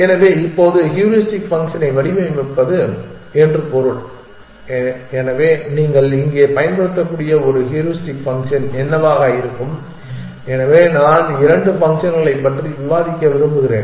எனவே இப்போது ஹியூரிஸ்டிக் ஃபங்க்ஷனை வடிவமைப்பது என்று பொருள் எனவே நீங்கள் இங்கே பயன்படுத்தக்கூடிய ஒரு ஹூரிஸ்டிக் ஃபங்க்ஷன் என்னவாக இருக்கும் எனவே நான் இரண்டு ஃபங்க்ஷன்களைப் பற்றி விவாதிக்க விரும்புகிறேன்